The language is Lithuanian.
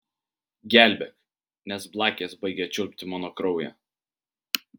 gelbėk nes blakės baigia čiulpti mano kraują